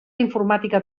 informàtica